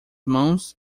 mãos